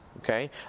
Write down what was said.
okay